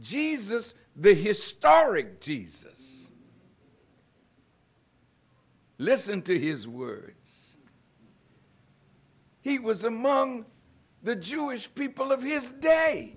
jesus the historic jesus listen to his words he was among the jewish people of his day